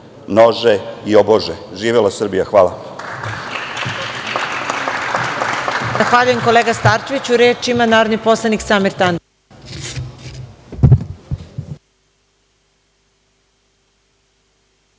množe i obože“.Živela Srbija! Hvala.